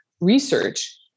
research